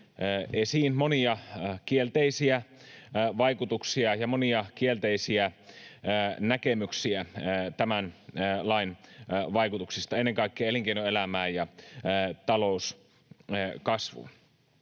monia kielteisiä vaikutuksia ja monia kielteisiä näkemyksiä tämän lain vaikutuksista ennen kaikkea elinkeinoelämään ja talouskasvuun.